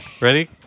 Ready